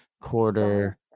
quarter